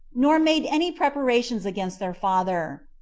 nor made any preparations against their father,